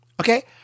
okay